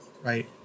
Right